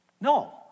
No